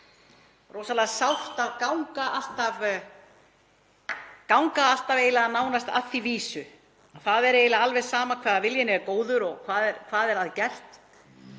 rosalega sárt að ganga alltaf nánast að því vísu að það er eiginlega alveg sama hvað viljinn er góður og hvað er að gert,